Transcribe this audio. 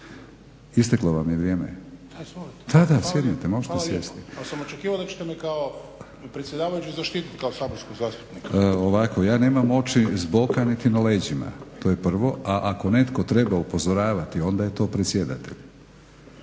vrijeme vam je isteklo. Da sjednite, možete sjesti. …/Upadica Šuker: Ali sam očekivao da ćete me kao predsjedavajući zaštiti kao saborskog zastupnika./… Ovako, ja nemam oči z boka niti na leđima. To je prvo, a ako netko treba upozoravati onda je to predsjedatelj.